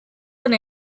and